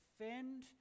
defend